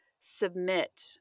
submit